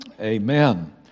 Amen